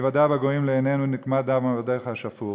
יִוָּדַע בגויִם לעינינו נקמת דם עבדיך השפוך".